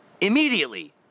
immediately